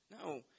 no